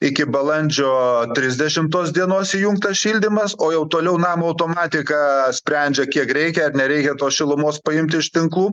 iki balandžio trisdešimtos dienos įjungtas šildymas o jau toliau namo automatika sprendžia kiek reikia ar nereikia tos šilumos paimti iš tinklų